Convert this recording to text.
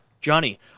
Johnny